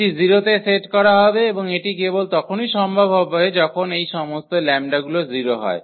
এটি 0 তে সেট করা হবে এবং এটি কেবল তখনই সম্ভব যখন এই সমস্ত λ গুলো 0 হয়